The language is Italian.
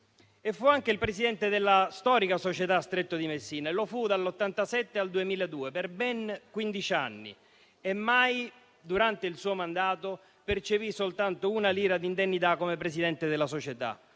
fu anche il presidente della storica società Stretto di Messina e lo fu dal 1987 al 2002, per ben quindici anni e mai durante il suo mandato percepì soltanto una lira di indennità come presidente della società.